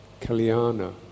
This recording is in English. Kalyana